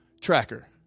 tracker